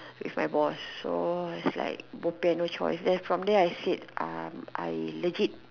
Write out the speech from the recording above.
if my boss so was like bo pian no choice from there I said I'm I legit